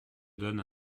donne